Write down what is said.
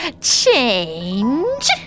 change